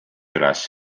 üles